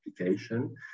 application